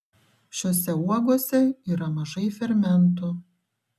šiose uogose yra mažai fermentų